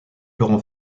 laurent